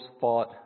fought